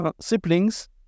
siblings